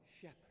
shepherd